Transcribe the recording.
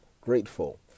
grateful